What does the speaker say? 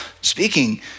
speaking